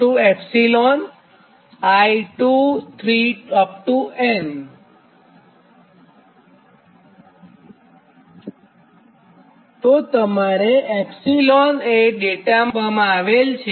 તો તમારે એપ્સિલોન એ ડેટામાં આપવામાં આવેલ છે